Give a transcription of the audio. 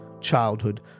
childhood